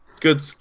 Good